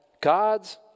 God's